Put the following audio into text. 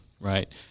Right